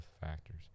factors